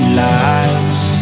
lies